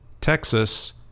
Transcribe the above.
Texas